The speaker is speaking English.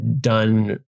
done